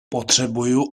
potřebuju